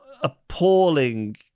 appalling